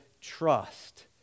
trust